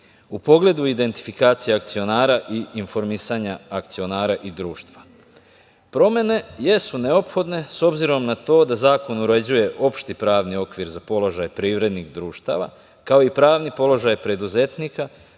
u pogledu identifikacije akcionara i informisanja akcionara i društva. Promene jesu neophodne s obzirom na to da zakon uređuje opšti pravni okvir za položaje privrednih društava, kao i pravni položaj preduzetnika,